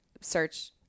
search